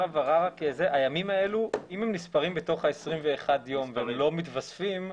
אם הם נספרים בתוך ה-21 ימים והם לא מתווספים,